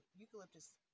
eucalyptus